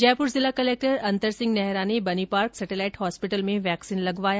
जयपुर जिला कलेक्टर अंतर सिंह नेहरा ने Bani Park satellite hospital में वैक्सीन लगवाया